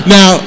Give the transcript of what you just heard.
Now